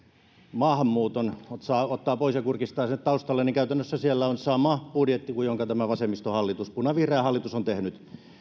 maahanmuuton ottaa ottaa pois ja kurkistaa sinne taustalle käytännössä siellä on sama budjetti kuin minkä tämä vasemmistohallitus punavihreä hallitus on tehnyt